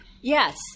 Yes